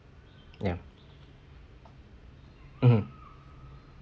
ya mmhmm